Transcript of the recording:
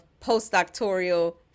postdoctoral